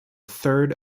third